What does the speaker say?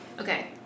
Okay